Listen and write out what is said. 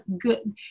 good